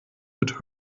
wird